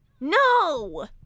No